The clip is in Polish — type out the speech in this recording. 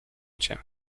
cię